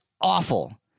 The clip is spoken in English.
awful